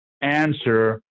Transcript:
answer